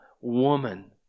woman